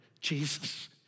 Jesus